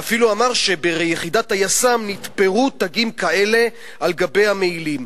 ואפילו אמר שביחידת היס"מ נתפרו תגים כאלה על גבי המעילים.